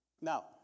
Now